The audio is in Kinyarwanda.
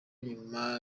nyuma